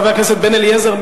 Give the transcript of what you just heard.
חבר הכנסת בן-אליעזר,